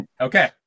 Okay